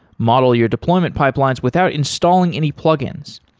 model your deployment pipelines without installing any plugins.